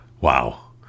Wow